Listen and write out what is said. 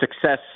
success